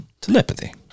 Telepathy